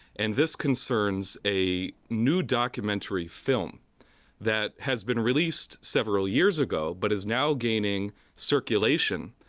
and this concerns a new documentary film that has been released several years ago, but is now gaining circulation